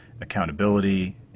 accountability